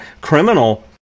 criminal